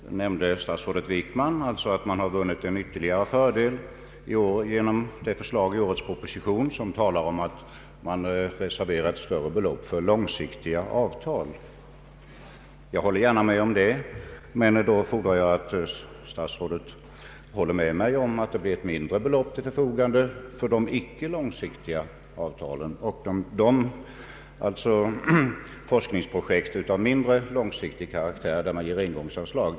Statsrådet Wickman nämnde också att man har vunnit en ytterligare fördel genom det förslag i årets proposition som innebär att större belopp reserveras för långsiktiga avtal. Jag håller gärna med om det, men då fordrar jag att statsrådet Wickman håller med mig om att det kommer att stå ett mindre belopp till förfogande för de icke långsiktiga avtalen och de forskningsprojekt av mindre långsiktig karaktär där man ger engångsanslag.